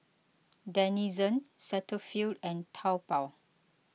Denizen Cetaphil and Taobao